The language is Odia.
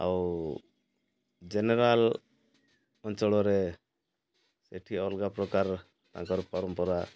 ଆଉ ଜେନେରାଲ ଅଞ୍ଚଳରେ ସେଠି ଅଲଗା ପ୍ରକାର ତାଙ୍କର ପରମ୍ପରା